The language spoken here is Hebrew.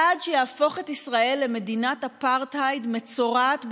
צעד שיהפוך את ישראל למדינת אפרטהייד מצורעת בעולם,